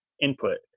input